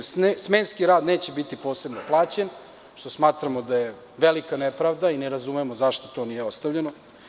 Smenski rad neće biti posebno plaćen, što smatramo da je velika nepravda i ne razumemo zašto to nije ostavljeno.